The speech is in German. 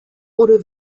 oder